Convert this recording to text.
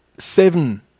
seven